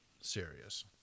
serious